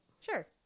sure